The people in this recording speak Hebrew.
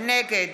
נגד